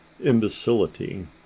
imbecility